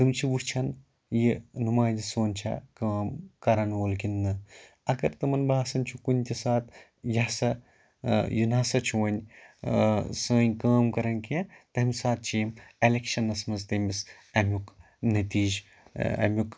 تم چھِ وٕچھان یہِ نُمایِنٛدٕ سون چھا کٲم کَران وول کِنہٕ نہٕ اگر تِمن باسان چھُ کُنۍ تہِ سات یہِ ہسا یہِ نہ سا چھُ وۄنۍ سٲنۍ کٲم کَران کیٚنٛہہ تمہِ سات چھِ یِم ایلیکشَنَس منٛز تٔمِس امیُک نٔتیٖج اَمیُک